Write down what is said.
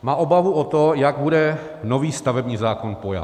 Má obavu o to, jak bude nový stavební zákon pojat.